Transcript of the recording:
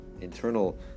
internal